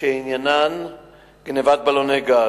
טוענים כי הם סובלים מגנבות של בלוני גז,